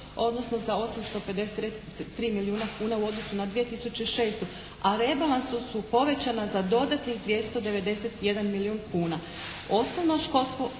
odnosno za 853 milijuna kuna u odnosu na 2006. a rebalansom su povećana za dodatnih 291 milijun kuna. Osnovno školsko